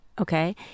Okay